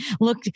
Look